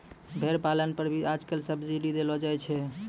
भेड़ पालन पर भी आजकल सब्सीडी देलो जाय छै